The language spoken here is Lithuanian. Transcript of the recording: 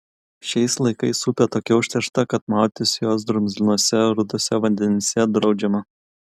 šiais laikais upė tokia užteršta kad maudytis jos drumzlinuose ruduose vandenyse draudžiama